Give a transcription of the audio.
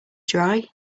dry